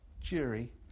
jury